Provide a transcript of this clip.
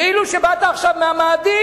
כאילו שבאת עכשיו מהמאדים.